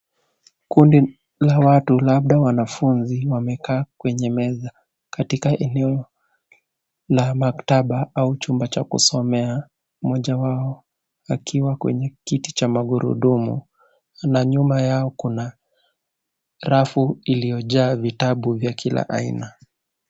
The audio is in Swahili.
Kundi la watu labda wanafunzi wamekaa kwenye meza katika eneo la maktaba au chumba cha kusomea mmoja wao akiwa kwenye kiti cha magurudumu na nyuma yao kuna rafu iliyo jaa vitabu vya kila aina.